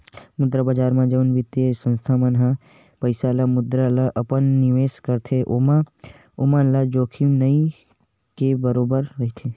मुद्रा बजार म जउन बित्तीय संस्था मन ह पइसा ल मुद्रा ल अपन निवेस करथे ओमा ओमन ल जोखिम नइ के बरोबर रहिथे